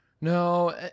No